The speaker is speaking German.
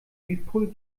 südpol